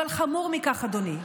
אבל חמור מכך, אדוני,